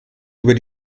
über